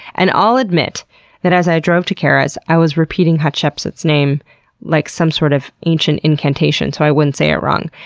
and i'll admit that as i drove to kara's i was repeating hatshepsut's name like some sort of ancient incantation so i wouldn't say it wrong,